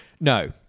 No